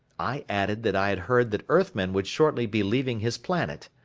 i added that i had heard that earthmen would shortly be leaving his planet.